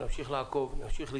נמשיך לעקוב, נמשיך לדחוף.